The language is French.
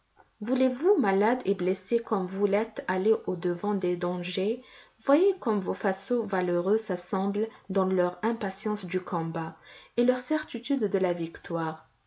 voulez-vous malade et blessé comme vous l'êtes aller au-devant des dangers voyez comme vos vassaux valeureux s'assemblent dans leur impatience du combat et leur certitude de la victoire